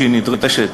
שהיא נדרשת,